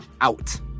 out